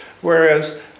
whereas